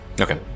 Okay